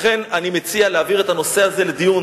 לכן אני מציע להעביר את הנושא הזה לדיון